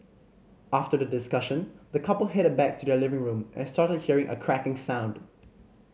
after the discussion the couple headed back to their living room and started hearing a cracking sound